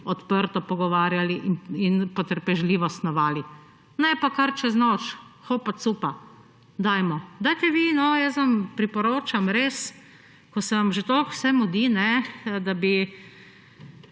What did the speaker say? odprto pogovarjali in potrpežljivo snovali. Ne pa kar čez noč, opa cupa, dajmo. Dajte vi, jaz vam res priporočam, ko se vam že toliko vse mudi, da bi